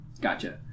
Gotcha